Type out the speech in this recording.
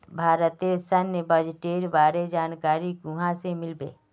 भारतेर सैन्य बजटेर बारे जानकारी कुहाँ से मिल बे